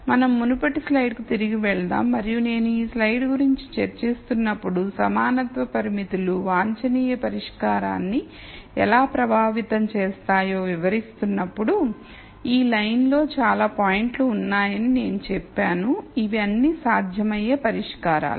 మనం మునుపటి స్లైడ్కు తిరిగి వెళ్దాం మరియు నేను ఈ స్లైడ్ గురించి చర్చిస్తున్నప్పుడు సమానత్వ పరిమితులు వాంఛనీయ పరిష్కారాన్ని ఎలా ప్రభావితం చేస్తాయో వివరిస్తున్నప్పుడు ఈ లైన్ లో లో చాలా పాయింట్లు ఉన్నాయని నేను చెప్పాను ఇవి అన్ని సాధ్యమయ్యే పరిష్కారాలు